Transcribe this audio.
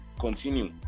continue